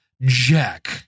Jack